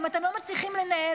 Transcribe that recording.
אם אתם לא מצליחים לנהל,